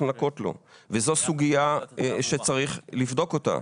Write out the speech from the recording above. לנכות לו וזו סוגייה שצריך לבדוק אותה.